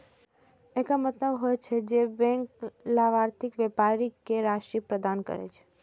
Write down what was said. एकर मतलब होइ छै, जे बैंक लाभार्थी व्यापारी कें राशि प्रदान करै छै